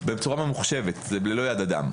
בצורה ממוחשבת, ללא יד אדם.